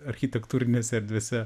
architektūrinėse erdvėse